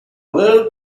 little